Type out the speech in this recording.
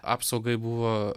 apsaugai buvo